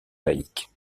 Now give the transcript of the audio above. laïques